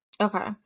Okay